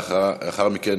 לאחר מכן